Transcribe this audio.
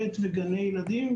ב' וגני ילדים,